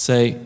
Say